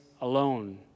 alone